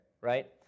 right